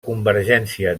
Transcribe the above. convergència